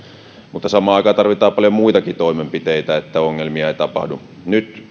mutta samaan aikaan tarvitaan paljon muitakin toimenpiteitä niin että ongelmia ei tapahdu nyt